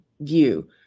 view